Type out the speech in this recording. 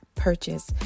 purchase